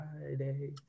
Friday